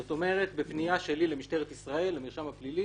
זאת אומרת בפנייה שלי למשטרת ישראל למרשם הפלילי